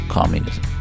Communism